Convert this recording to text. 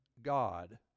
god